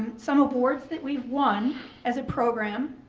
some awards that we've won as a program,